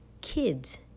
kids